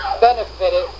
benefited